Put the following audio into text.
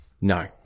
No